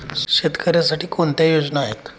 शेतकऱ्यांसाठी कोणत्या योजना आहेत?